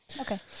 okay